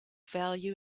value